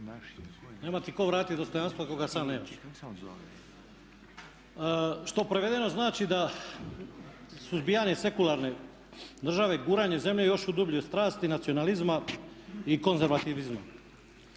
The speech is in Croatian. Nema ti tko vratiti dostojanstvo ako ga sam nemaš. Što prevedeno znači da suzbijanje sekularne države, guranje zemlje još u dublju strast i nacionalizam i konzervatizam.